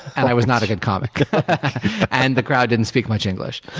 and i was not a good comic and the crowd didn't speak much english.